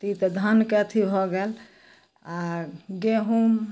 तऽ ई तऽ धानके अथी भऽ गेल आओर गहूम